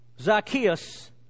Zacchaeus